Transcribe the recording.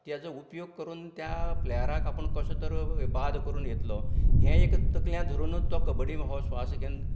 ताचो उपयोग करून त्या प्लेयराक आपूण कसो तरी बाद करून येतलो हे एक तकलेंत धरूनच तो कब्बडी हो स्वास घेन